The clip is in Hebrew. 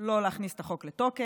לא להכניס את החוק לתוקף,